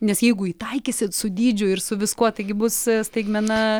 nes jeigu įtaikysit su dydžiu ir su viskuo taigi bus staigmena